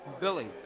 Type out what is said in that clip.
Billy